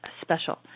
special